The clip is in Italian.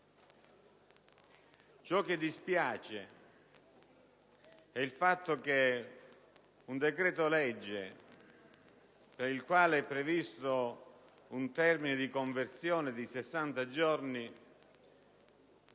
Ciò che dispiace è il fatto che un decreto‑legge, per il quale è previsto un termine di conversione di 60 giorni,